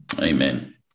Amen